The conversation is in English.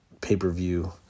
pay-per-view